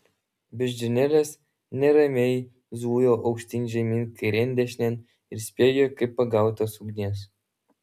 beždžionėlės neramiai zujo aukštyn žemyn kairėn dešinėn ir spiegė kaip pagautos ugnies